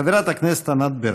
חברת הכנסת ענת ברקו.